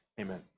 Amen